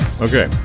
Okay